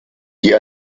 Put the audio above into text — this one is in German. die